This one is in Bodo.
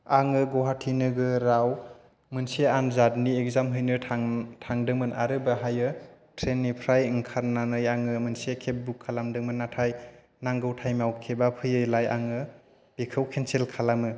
आङो गुवाहाटी नोगोराव मोनसे आनजादनि एगजाम हैनो थांदोंमोन आरो बेहाय ट्रेननिफ्राय ओंखारनानै आङो मोनसे खेब बुक खालामदोंमोन नाथाय नांगौ टाइमआव खेबआ फैयैलाय आङो बिखौ खेनसेल खालामो